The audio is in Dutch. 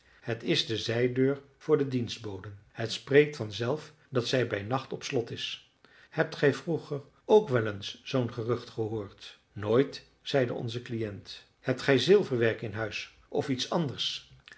het is de zijdeur voor de dienstboden het spreekt vanzelf dat zij bij nacht op slot is hebt gij vroeger ook wel eens zoo'n gerucht gehoord nooit zeide onze cliënt hebt gij zilverwerk in huis of iets anders